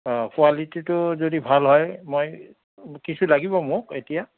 অঁ কোৱালিটিটো যদি ভাল হয় মই কিছু লাগিব মোক এতিয়া